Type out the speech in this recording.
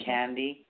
Candy